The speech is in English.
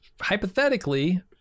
hypothetically